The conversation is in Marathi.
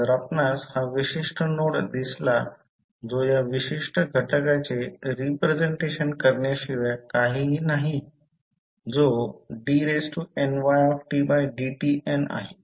जर आपणास हा विशिष्ट नोड दिसला जो या विशिष्ट घटकाचे रिप्रेझेंटेशन करण्याशिवाय काहीही नाही जो dnydtn आहे